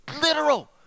literal